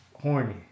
Horny